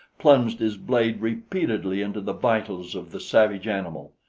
plunged his blade repeatedly into the vitals of the savage animal.